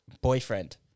boyfriend